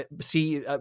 see